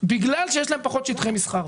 בגלל שיש להן פחות שטחי מסחר.